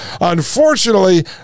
Unfortunately